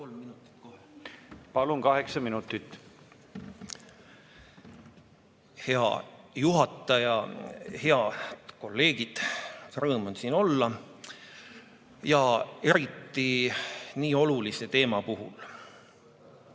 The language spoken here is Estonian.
Palun! Kaheksa minutit. Hea juhataja! Head kolleegid! Rõõm on siin olla, eriti nii olulise teema puhul.